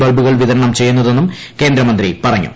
ബൾബുകൾ വിതരണം ചെയ്യുന്നതെന്നും കേന്ദ്രമന്ത്രി പറഞ്ഞു